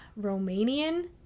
Romanian